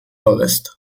ovest